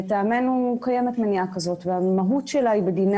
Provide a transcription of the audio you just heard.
לטעמנו קיימת מניעה כזאת והמהות שלה היא בדיני